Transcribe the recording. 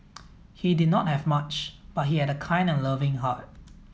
he did not have much but he had a kind and loving heart